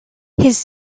his